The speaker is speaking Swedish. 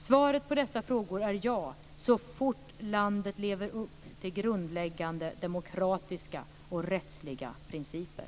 Svaret på dessa frågor är ja, så fort landet lever upp till grundläggande demokratiska och rättsliga principer.